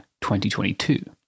2022